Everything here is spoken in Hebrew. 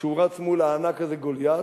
כשהוא רץ מול הענק הזה גוליית,